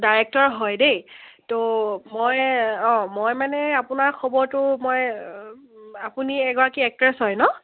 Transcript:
director হয় দেই তো মই অঁ মই মানে আপোনাৰ খবৰটো মই আপুনি এগৰাকী এক্ট্ৰেছ হয় ন